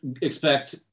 expect